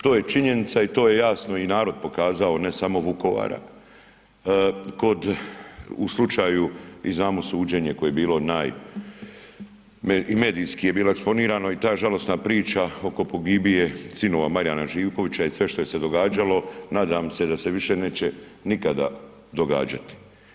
To je činjenica i to je jasno i narod pokazao, ne samo Vukovara, kod u slučaju i znamo suđenje koje je bilo naj i medijski je bilo eksponirano i ta žalosna priča oko pogibije sinova Marijana Živkovića i sve što je se događalo nadam se više neće nikada događati.